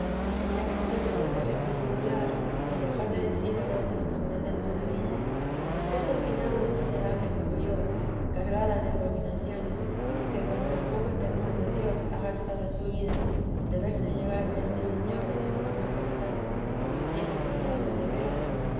ni sería posible poderlo disimular ni dejar de decir a voces tan grandes maravillas pues qué sentirá una miserable como yo cargada de abominaciones y que con tan poco temor de dios ha gastado su vida de verse llegar a este señor de tan gran majestad cuando quiere que mi alma lo vea